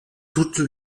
toutes